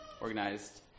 organized